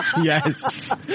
Yes